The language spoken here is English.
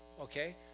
okay